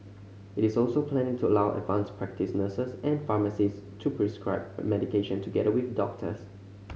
it is also planning to allow advanced practice nurses and pharmacist to prescribe medication together with doctors